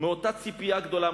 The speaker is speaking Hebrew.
מאותה ציפייה גדולה,